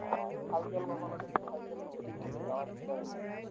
অ' cycle ল'ব লাগিব cycle নহ'লে যাব দিগদাৰ হ'ব